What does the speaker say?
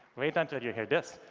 wait until you hear this.